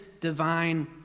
divine